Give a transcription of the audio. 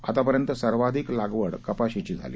आत्तापर्यंत सर्वाधिक लागवड कपाशीची झाली